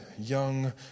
young